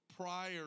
prior